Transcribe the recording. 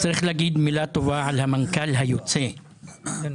צריך להגיד מילה טובה על המנכ"ל היוצא גיל.